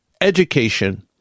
Education